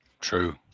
True